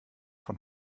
von